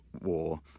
war